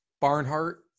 Barnhart